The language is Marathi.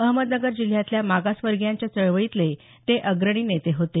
अहमदनगर जिल्ह्यातल्या मागासवर्गीयांच्या चळवळीतले ते अग्रणी नेते होते